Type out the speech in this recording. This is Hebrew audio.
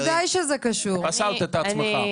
פסלת את עצמך.